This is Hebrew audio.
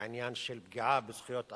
בעניין של פגיעה בזכויות האדם,